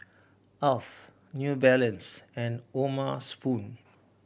Alf New Balance and O'ma Spoon